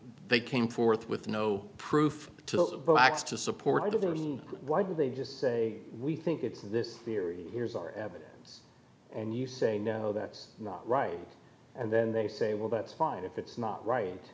they came forth with no proof tilt backs to support of the reason why didn't they just say we think it's this theory here's our evidence and you say no that's not right and then they say well that's fine if it's not right